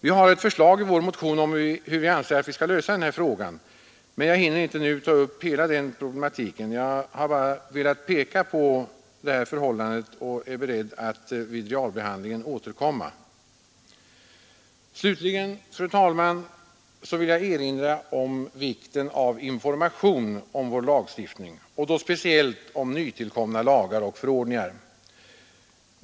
Vi har ett förslag i vår motion om hur vi anser att den här frågan bör lösas, men jag hinner inte nu ta upp hela den problematiken. Jag har bara velat peka på detta förhållande och är beredd att vid realbehandlingen återkomma. Slutligen, fru talman, vill jag erinra om vikten av information om vår lagstiftning, speciellt om nytillkomna lagar och förordningar.